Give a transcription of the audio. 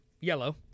yellow